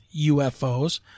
UFOs